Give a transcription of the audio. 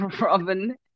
Robin